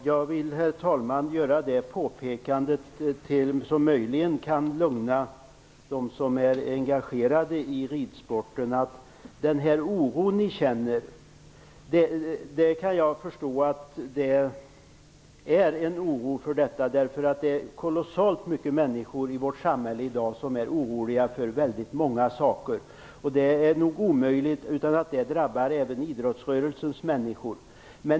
Herr talman! Jag vill göra ett påpekande som möjligen kan lugna dem som är engagerade i ridsporten. Den oro som de känner kan jag förstå. Det är kolossalt många människor i vårt samhälle i dag som är oroliga för väldigt många saker. Det är oundvikligt att det drabbar även idrottsrörelsens människor.